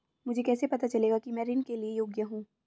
मुझे कैसे पता चलेगा कि मैं ऋण के लिए योग्य हूँ?